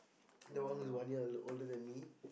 that was just one year older than me